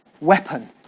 weapon